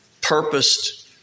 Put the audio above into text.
purposed